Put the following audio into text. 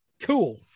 Cool